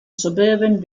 suburban